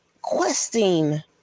questing